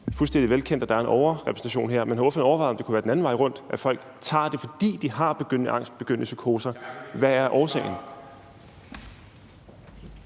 fuldstændig velkendt, at der er en overrepræsentation her, men har ordføreren overvejet, om det kunne være den anden vej rundt: at folk tager det, fordi de har begyndende angst og begyndende psykoser, altså hvad årsagen